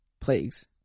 plagues